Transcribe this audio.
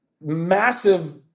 massive